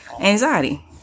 anxiety